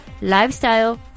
lifestyle